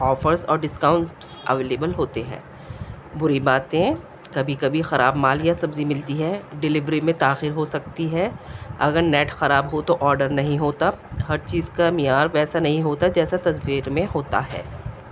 offers اور discounts available ہوتے ہیں بری باتیں کبھی کبھی خراب مال یا سبزی ملتی ہے ڈلیوری میں تاخیر ہو سکتی ہے اگر نیٹ خراب ہو تو آڈر نہیں ہوتا ہر چیز کا معیار ویسا نہیں ہوتا جیسا تصویر میں ہوتا ہے